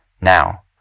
Now